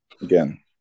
Again